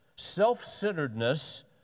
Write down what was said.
self-centeredness